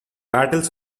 battle